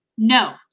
No